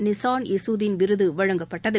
Nissan இசுதீன் விருது வழங்கப்பட்டது